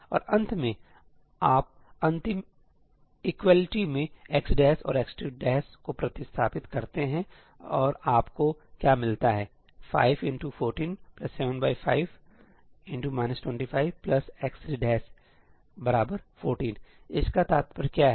और अंत में आप अंतिम इक्वलिटी में x1 औरx2 को प्रतिस्थापित करते हैं और आपको क्या मिलता है575x314 इसका तात्पर्य क्या है